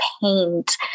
paint